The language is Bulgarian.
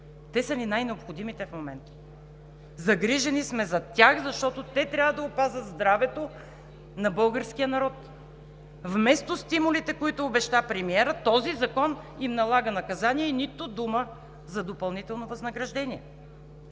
Те са ни най-необходимите в момента. Загрижени сме за тях, защото те трябва да опазят здравето на българския народ. Вместо стимулите, които обеща премиерът, този закон им налага наказание и нито дума за допълнително възнаграждение!